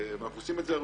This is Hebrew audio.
אנחנו עושים את זה הרבה.